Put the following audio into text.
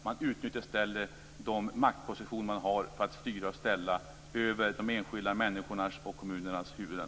Man utnyttjar i stället den maktposition man har för att styra och ställa över de enskilda människornas och kommunernas huvuden.